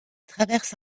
traverse